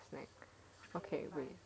I want snack okay wait